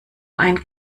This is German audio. ein